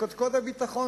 וקודקוד הביטחון,